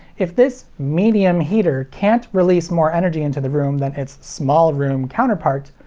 if this medium heater can't release more energy into the room than it's small room counterpart,